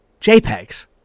JPEGs